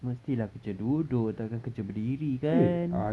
mesti lah kerja duduk takkan kerja berdiri kan